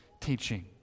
teaching